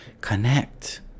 connect